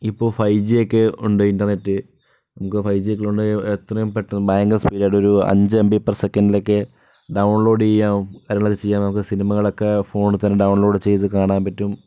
ഇപ്പോൾ five G ഒക്കെയുണ്ട് ഇൻ്റർനെറ്റിൽ നമുക്ക് ഫൈവ് ജി ഒക്കെയുള്ളതു കൊണ്ട് എത്രയും പെട്ടെന്ന് ഭയങ്കര സ്പീഡിൽ അഞ്ചു എംബി പെർ സെക്കന്റ് എത്തുമ്പോൾ ഒക്കെ ഡൌൺലോഡ് ചെയ്യാം സിനിമകളൊക്കെ ഫോണിൽ തന്നെ ഡൗൺലോഡ് ചെയ്തു കാണാൻ പറ്റും